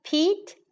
Pete